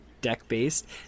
deck-based